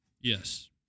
Yes